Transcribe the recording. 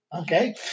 okay